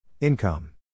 Income